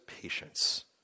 patience